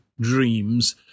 dreams